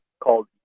called